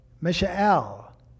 Mishael